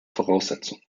voraussetzung